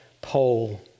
Pole